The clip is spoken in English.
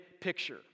picture